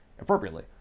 appropriately